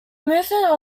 movement